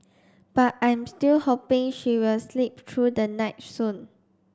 but I'm still hoping she will sleep through the night soon